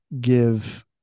give